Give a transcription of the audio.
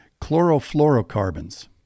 Chlorofluorocarbons